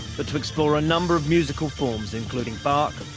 but to explore a number of musical forms including bach,